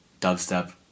dubstep